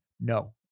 No